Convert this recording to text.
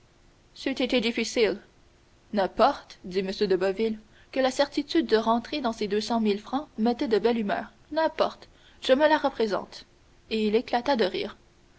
ç'eût été difficile n'importe dit m de boville que la certitude de rentrer dans ses deux cent mille francs mettait de belle humeur n'importe je me la représente et il éclata de rire